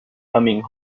coming